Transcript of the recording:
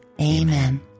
Amen